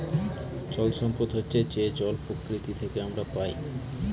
জল সম্পদ হচ্ছে যে জল প্রকৃতি থেকে আমরা পায়